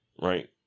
right